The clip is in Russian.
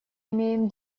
имеем